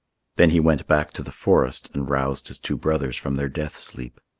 then he went back to the forest and roused his two brothers from their death sleep.